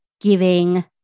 giving